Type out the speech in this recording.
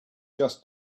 just